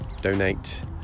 donate